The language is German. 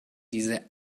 diese